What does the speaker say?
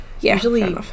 usually